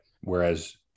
Whereas